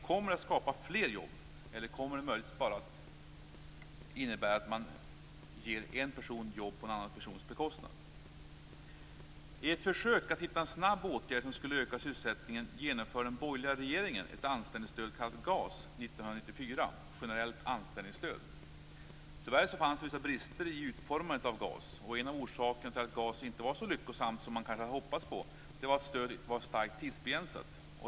Kommer det alltså att skapa fler jobb eller kommer det möjligen bara att innebära att en person får jobb på en annan persons bekostnad? I ett försök att snabbt hitta en åtgärd som skulle öka sysselsättningen genomförde den borgerliga regeringen 1994 ett generellt anställningsstöd, GAS. Tyvärr fanns det vissa brister i utformandet av GAS. En av orsakerna till att GAS inte var så lyckosamt som man kanske hade hoppats på var att stödet var starkt tidsbegränsat.